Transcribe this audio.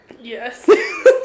yes